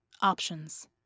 options